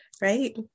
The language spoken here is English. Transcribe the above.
Right